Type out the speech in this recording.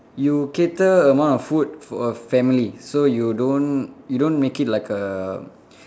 you cater amount of food for a family so you don't you don't make it like a